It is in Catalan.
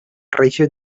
reixes